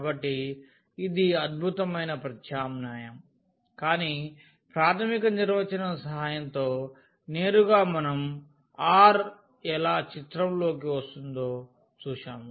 కాబట్టి ఇది అద్భుతమైన ప్రత్యామ్నాయం కానీ ప్రాథమిక నిర్వచనం సహాయంతో నేరుగా మనం r ఎలా చిత్రంలోకి వస్తుందో చూశాము